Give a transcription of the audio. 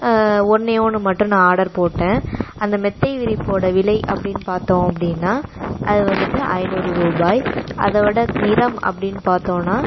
ஒன்றே ஒன்று மட்டும் நான் ஆர்டர் போட்டேன் அந்த மெத்தை விரிப்போடய விலை அப்டின்னு பார்த்தோம் அப்படின்னா அது வந்துட்டு ஐந்நூறு ரூபாய் அதோடய நிறம் அப்படின்னு பார்த்தோன்னா